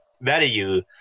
value